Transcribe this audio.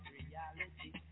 reality